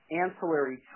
ancillary